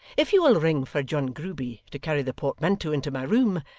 if you will ring for john grueby to carry the portmanteau into my room,